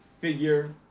figure